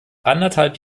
anderthalb